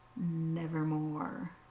Nevermore